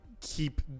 keep